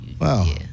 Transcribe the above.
Wow